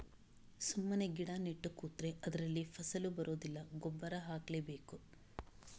ಸುಮ್ಮನೆ ಗಿಡ ನೆಟ್ಟು ಕೂತ್ರೆ ಅದ್ರಲ್ಲಿ ಫಸಲು ಬರುದಿಲ್ಲ ಗೊಬ್ಬರ ಹಾಕ್ಲೇ ಬೇಕು